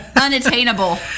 unattainable